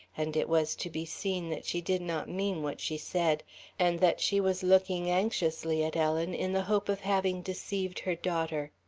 and it was to be seen that she did not mean what she said and that she was looking anxiously at ellen in the hope of having deceived her daughter.